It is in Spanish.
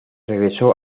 regresó